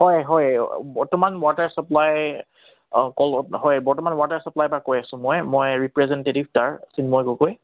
হয় হয় বৰ্তমান ৱাটাৰ ছাপ্লাই অক হয় বৰ্তমান ৱাটাৰ ছাপ্লাইৰ পৰা কৈ আছোঁ মই মই ৰিপ্ৰেজেণ্টেটিভ তাৰ চিন্ময় গগৈ